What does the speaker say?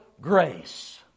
grace